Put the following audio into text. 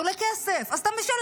זה עולה כסף, אז אתה משלם.